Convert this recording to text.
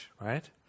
right